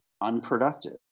unproductive